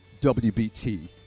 WBT